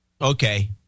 Okay